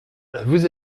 vous